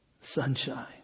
Sunshine